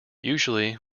usually